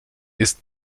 ist